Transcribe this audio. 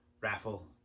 raffle